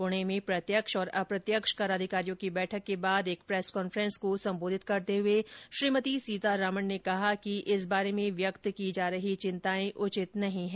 पूणे में प्रत्यक्ष और अप्रत्यक्ष कर अधिकारियों की बैठक के बाद एक प्रेस कांफ्रेंस को सम्बोधित करते हुए श्रीमती सीतारमन ने कहा कि इस बारे में व्यक्त की जा रही चिन्ताएं उचित नहीं हैं